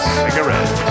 cigarette